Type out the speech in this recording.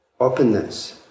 openness